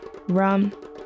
Rum